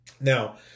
Now